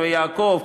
נווה-יעקב,